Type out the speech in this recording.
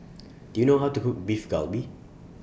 Do YOU know How to Cook Beef Galbi